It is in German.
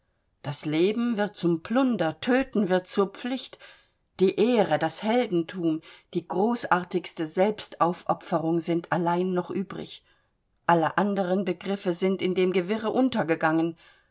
das leben wird zum plunder töten wird zur pflicht die ehre das heldentum die großartigste selbstaufopferung sind allein noch übrig alle anderen begriffe sind in dem gewirre untergegangen